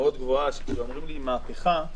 כשאומרים לי מהפכה,